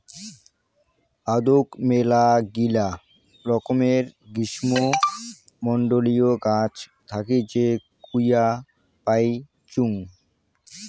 আদৌক মেলাগিলা রকমের গ্রীষ্মমন্ডলীয় গাছ থাকি যে কূয়া পাইচুঙ